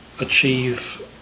achieve